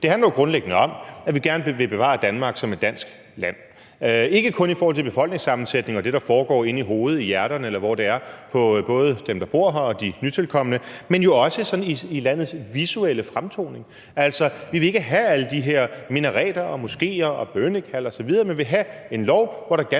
Det handler jo grundlæggende om, at vi gerne vil bevare Danmark som et dansk land – ikke kun i forhold til befolkningssammensætningen og det, der foregår inde i hovedet og inde i hjerterne, eller hvor det er, på både dem, der bor her, og de nytilkomne, men jo også sådan i landets visuelle fremtoning. Altså, vi vil ikke have alle de her minareter og moskéer og bønnekald osv. Vi vil have en lov, hvor der ganske